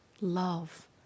love